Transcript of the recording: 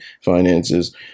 finances